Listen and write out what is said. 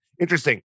Interesting